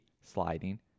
sliding